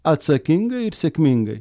atsakingai ir sėkmingai